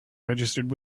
registered